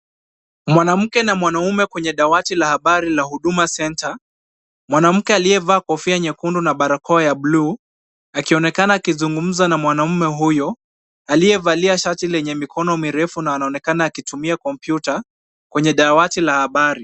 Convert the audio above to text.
Mwanamke na mwanamume kwenye dawati la habari la Huduma center . Mwanamke aliyevaa kofia nyekundu na barakoa ya buluu akionekana akizungumza na mwanamume huyo, aliyevalia shati lenye mikono mirefu na anaonekana akitumia kompyuta kwenye dawati la habari.